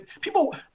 People